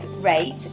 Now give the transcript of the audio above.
rate